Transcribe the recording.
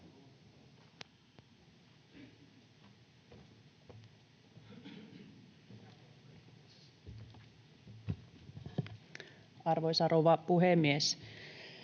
Arvoisa rouva puhemies!